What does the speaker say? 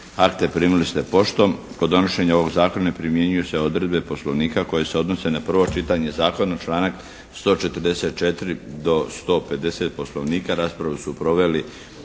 akta primisli ste poštom. Kod donošenja ovog zakona primjenjuju se odredbe poslovnika koje se odnose na prvo čitanje zakona članak 144. do 150. poslovnika. Raspravu su proveli